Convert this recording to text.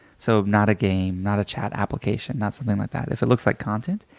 so not a game, not a chat application, not something like that. if it looks like content,